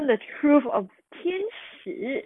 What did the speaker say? the truth of 天使